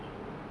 a'ah